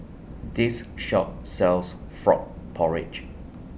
This Shop sells Frog Porridge